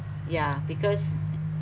yeah because